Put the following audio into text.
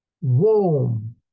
warm